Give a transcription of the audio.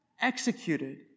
executed